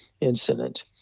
incident